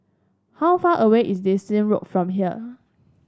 how far away is Dyson Road from here